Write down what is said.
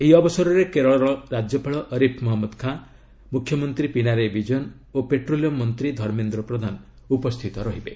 ଏହି ଅବସରରେ କେରଳ ରାଜ୍ୟପାଳ ଅରିଫ୍ ମହମ୍ମଦ ଖାଁ ମୁଖ୍ୟମନ୍ତ୍ରୀ ପିନାରାୟି ବିଜୟନ ଓ ପେଟ୍ରୋଲିୟମ୍ ମନ୍ତ୍ରୀ ଧର୍ମେନ୍ଦ୍ର ପ୍ରଧାନ ଉପସ୍ଥିତ ରହିବେ